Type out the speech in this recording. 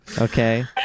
Okay